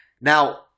Now